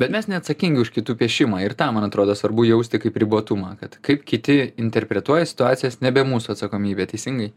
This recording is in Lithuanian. bet mes neatsakingi už kitų piešimą ir tą man atrodo svarbu jausti kaip ribotumą kad kaip kiti interpretuoja situacijas nebe mūsų atsakomybę teisingai